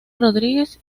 rodríguez